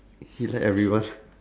he like everyone